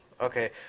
Okay